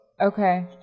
Okay